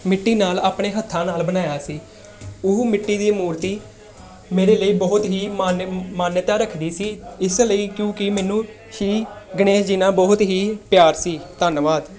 ਮਿੱਟੀ ਨਾਲ ਆਪਣੇ ਹੱਥਾਂ ਨਾਲ ਬਣਾਇਆ ਸੀ ਉਹ ਮਿੱਟੀ ਦੀ ਮੂਰਤੀ ਮੇਰੇ ਲਈ ਬਹੁਤ ਹੀ ਮਾਨਿਆ ਮਾਨਿਅਤਾ ਰੱਖਣੀ ਸੀ ਇਸ ਲਈ ਕਿਉਂਕਿ ਮੈਨੂੰ ਸ਼੍ਰੀ ਗਣੇਸ਼ ਜੀ ਨਾਲ ਬਹੁਤ ਹੀ ਪਿਆਰ ਸੀ ਧੰਨਵਾਦ